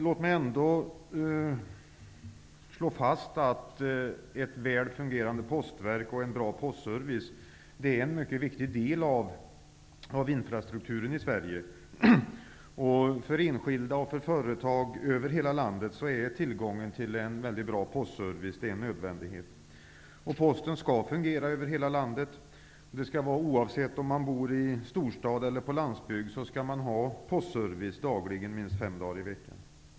Låt mig ändå slå fast att ett väl fungerande postverk och en bra postservice är en mycket viktig del av infrastrukturen i Sverige. För enskilda och företag över hela landet är tillgången till en bra postservice en nödvändighet. Posten skall fungera över hela landet, både för den som bor i en storstad och för den som bor på landsbygden. Man skall ha postservice dagligen, minst fem dagar i veckan.